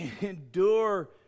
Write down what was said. endure